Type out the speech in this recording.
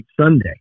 Sunday